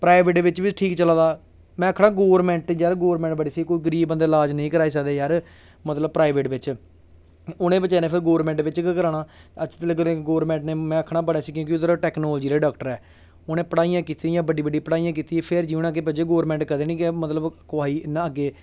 private बिच्च बी ठीक चला दा में आखना गौरमैंट यार गौरमैंट बड़ा स्हेई कोई गरीब बंदा इलाज नेईं कराई सकदा यार मतलब प्राइवेट बिच्च उ'नें बचैरैं फिर गौरमैंट बिच्च गै कराना लेकिन गौरमैंट ने में आखना बड़ा स्हेई उद्धर टैकनालजी आह्ले डाक्टर ऐ उ'नें पढ़ाइयां कीती दियां बड्डी बड्डी पढ़ाइयां कीती दियां फिर जाइयै उ'नें अग्गें गौरमैंट कदें निं मतलब कुहै गी इ'यां अग्गें